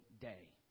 day